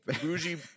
Bougie